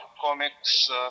comics